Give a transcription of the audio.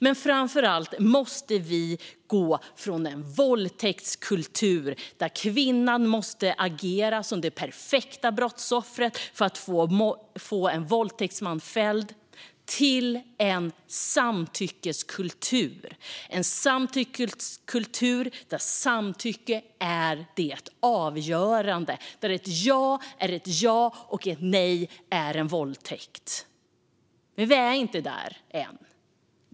Men framför allt måste vi gå från en våldtäktskultur, där kvinnan måste agera som det perfekta brottsoffret för att få en våldtäktsman fälld, till en samtyckeskultur, där samtycke är det avgörande och där ett ja är ett ja och ett nej innebär att det är en våldtäkt. Men vi är inte där än.